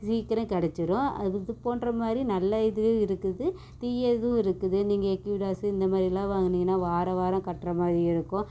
சீக்கிரம் கிடச்சிரும் அது இது போன்ற மாதிரி நல்ல இதுவும் இருக்குது தீய இதுவும் இருக்குது நீங்கள் ஈக்விடாஸு இந்தமாதிரில்லாம் வாங்குனிங்கன்னா வார வாரம் கட்டுற மாதிரி இருக்கும்